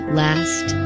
last